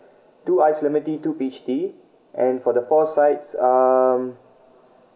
two iced lemon tea two peach tea and for the four sides um